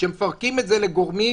כשמפרקים את זה לגורמים,